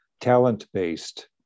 talent-based